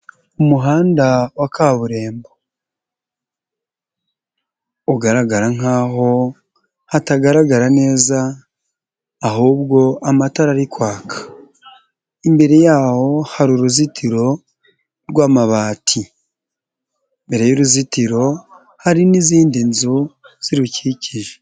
Umuhanda wa kaburimbo ugaragara nkaho hatagaragara neza ahubwo amatara ari kwaka, imbere yaho hari uruzitiro rw'amabati, imbere y'uruzitiro hari n'izindi nzu zirukikije.